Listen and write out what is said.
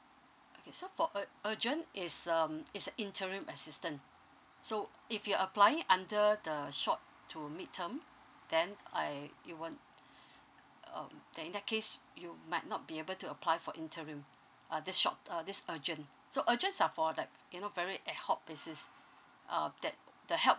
okay so for ur~ urgent it's um it's an interim assistant so if you're applying under the short to midterm then uh you want um then in that case you might not be able to apply for interim uh this short uh this urgent so urgent are for like you know very ad hoc basis uh that the help